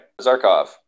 Zarkov